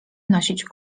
nosić